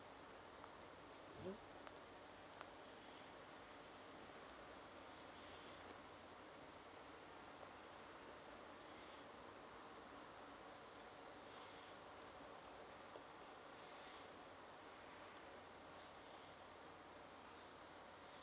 mmhmm